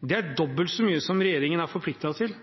Det er dobbelt så mye som regjeringen er forpliktet til.